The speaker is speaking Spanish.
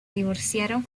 divorciaron